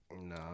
No